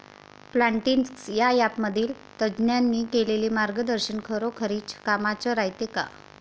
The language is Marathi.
प्लॉन्टीक्स या ॲपमधील तज्ज्ञांनी केलेली मार्गदर्शन खरोखरीच कामाचं रायते का?